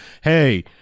Hey